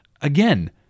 Again